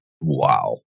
Wow